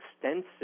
extensive